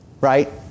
right